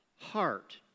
heart